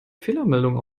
fehlermeldung